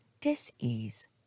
dis-ease